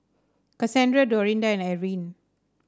Kassandra Dorinda and Ariane